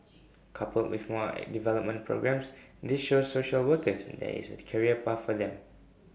coupled with more developmental programmes this shows social workers there is A career pathway for them